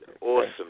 awesome